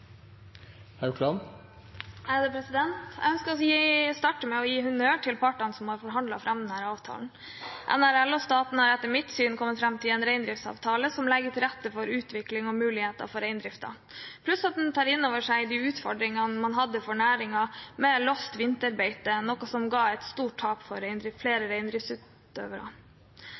er fantastisk. Jeg ønsker å starte med å gi honnør til partene som har forhandlet fram denne avtalen. NRL og staten har etter mitt syn kommet fram til en reindriftsavtale som legger til rette for utvikling og muligheter for reindriften pluss at den tar inn over seg de utfordringene man hadde for næringen med låst vinterbeite, noe som ga et stort tap for flere